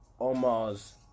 Omar's